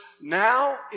now